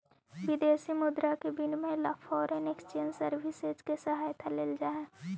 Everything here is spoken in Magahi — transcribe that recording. विदेशी मुद्रा के विनिमय ला फॉरेन एक्सचेंज सर्विसेस के सहायता लेल जा हई